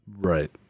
Right